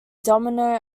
domino